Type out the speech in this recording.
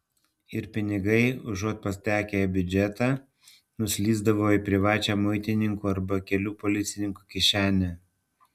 ir pinigai užuot patekę į biudžetą nuslysdavo į privačią muitininkų arba kelių policininkų kišenę